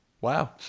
Wow